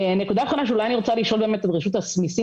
נקודה אחרונה שאולי אני רוצה לשאול גם את רשות המיסים